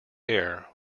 air